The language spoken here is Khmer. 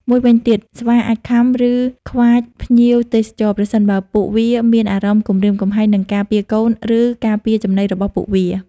មួយវិញទៀត ស្វាអាចខាំ ឬខ្វាចភ្ញៀវទេសចរ ប្រសិនបើពួកវាមានអារម្មណ៍គំរាមកំហែង និងការពារកូន ឬការពារចំណីរបស់ពួកវា។